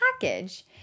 package